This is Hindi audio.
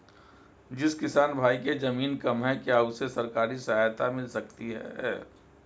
जिस किसान भाई के ज़मीन कम है क्या उसे सरकारी सहायता मिल सकती है?